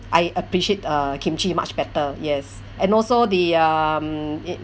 I appreciate uh kimchi much better yes and also the um it